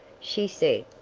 she said,